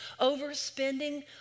overspending